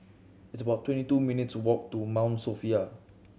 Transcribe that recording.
it's about twenty two minutes' walk to Mount Sophia